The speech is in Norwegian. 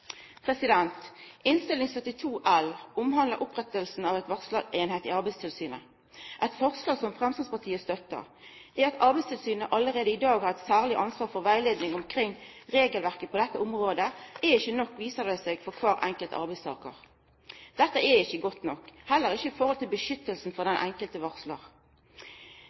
L for 2010–2011 handlar om oppretting av ei varslareining i Arbeidstilsynet – eit forslag Framstegspartiet støttar. Det at Arbeidstilsynet allereie i dag har eit særskilt ansvar for rettleiing om regelverket på dette området, er ikkje nok, viser det seg, for kvar enkelt arbeidstakar. Dette er ikkje godt nok, heller ikkje når det gjeld vern for den einskilde varslar.